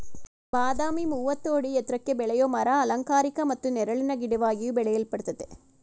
ಬಾದಾಮಿ ಮೂವತ್ತು ಅಡಿ ಎತ್ರಕ್ಕೆ ಬೆಳೆಯೋ ಮರ ಅಲಂಕಾರಿಕ ಮತ್ತು ನೆರಳಿನ ಗಿಡವಾಗಿಯೂ ಬೆಳೆಯಲ್ಪಡ್ತದೆ